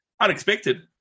unexpected